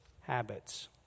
habits